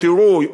תראו,